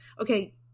okay –